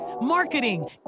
marketing